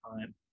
time